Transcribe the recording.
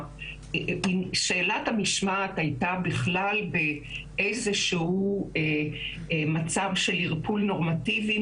שאלת המשמעת הייתה בכלל באיזשהו מצב של ערפול נורמטיבי,